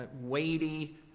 weighty